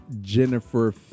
Jennifer